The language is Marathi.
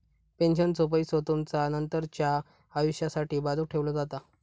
पेन्शनचो पैसो तुमचा नंतरच्या आयुष्यासाठी बाजूक ठेवलो जाता